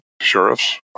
sheriffs